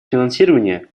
финансирования